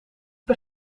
per